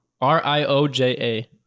r-i-o-j-a